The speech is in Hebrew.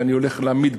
ואני הולך להעמיד,